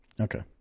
Okay